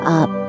up